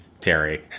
Terry